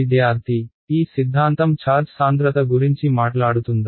విద్యార్థి ఈ సిద్ధాంతం ఛార్జ్ సాంద్రత గురించి మాట్లాడుతుందా